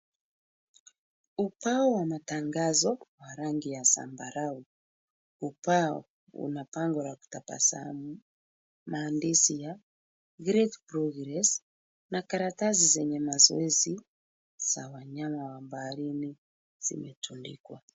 Ubao wa matangazo wa rangi ya zambarau. Ubao una bango la kutabasamu, maandishi ya great progress na karatasi zenye mazoezi za wanyama wa baharini zimetundikwa.